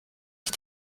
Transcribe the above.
ich